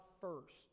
first